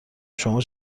شما